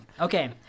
Okay